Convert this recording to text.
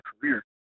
career